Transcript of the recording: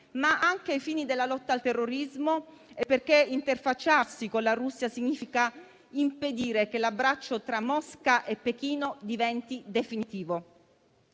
ma anche ai fini della lotta al terrorismo e perché interfacciarsi con la Russia significa impedire che l'abbraccio tra Mosca e Pechino diventi definitivo.